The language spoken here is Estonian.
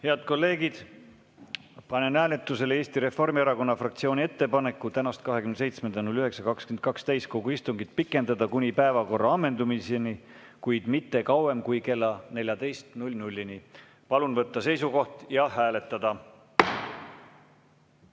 Head kolleegid, panen hääletusele Eesti Reformierakonna fraktsiooni ettepaneku tänast, 27. septembri 2022. aasta täiskogu istungit pikendada kuni päevakorra ammendumiseni, kuid mitte kauem kui kella 14‑ni. Palun võtta seisukoht ja hääletada!